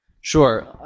Sure